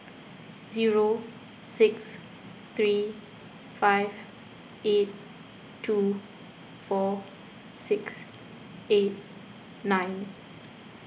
zero six three five eight two four six eight nine